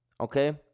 okay